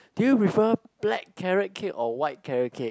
do you prefer black carrot cake or white carrot cake